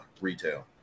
retail